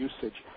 usage